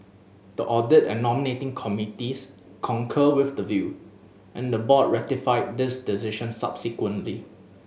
the audit and nominating committees concurred with the view and the board ratified this decision subsequently